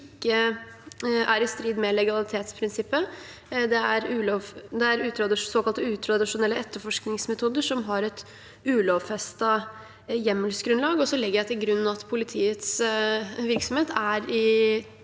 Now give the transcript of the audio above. er i strid med legalitetsprinsippet. Det er såkalte utradisjonelle etterforskningsmetoder som har et ulovfestet hjemmelsgrunnlag, og så legger jeg til grunn at politiets virksomhet er i